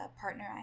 partner